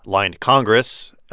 lying to congress,